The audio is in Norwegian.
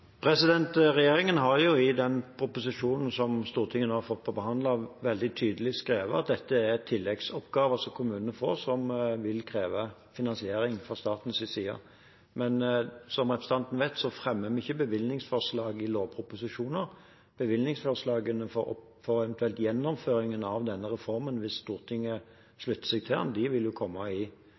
Regjeringen har i den proposisjonen som Stortinget nå har fått til behandling, veldig tydelig skrevet at dette er en tilleggsoppgave som kommunene får, og som vil kreve finansiering fra statens side. Men som representanten Mørland vet, fremmer vi ikke bevilgningsforslag i lovproposisjoner. Bevilgningsforslagene for gjennomføringen av denne reformen, hvis Stortinget slutter seg til den, vil eventuelt komme i